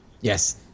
yes